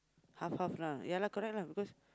half half lah ya lah correct lah because